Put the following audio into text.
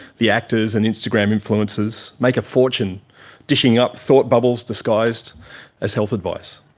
the actors and instagram influencers make a fortune dishing up thought bubbles disguised as health advice.